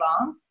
long